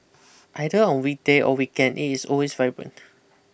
either on weekday or weekend it is always vibrant